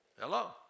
Hello